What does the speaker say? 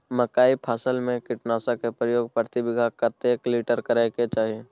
मकई फसल में कीटनासक के प्रयोग प्रति बीघा कतेक लीटर करय के चाही?